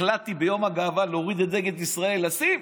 החלטתי ביום הגאווה להוריד את דגל ישראל ולשים,